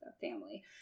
Family